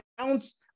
ounce